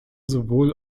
sowohl